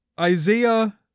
Isaiah